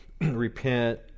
Repent